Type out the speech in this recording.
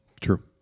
true